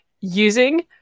using